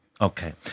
Okay